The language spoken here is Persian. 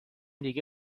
دیگه